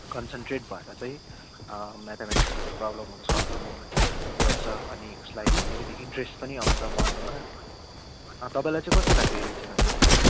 concentrate भएर चाहिँ म्याथम्याटिक्सको त्यो प्रब्लमहरू सल्भ गर्नु गर्छ अनि उसलाई अलिकति इन्ट्रेस्ट पनि आउँछ पढ्नुमा तपाईँलाई चाहिँ कस्तो लाग्छ यो विषयमा चाहिँ